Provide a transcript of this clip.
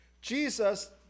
Jesus